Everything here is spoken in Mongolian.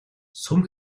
сүм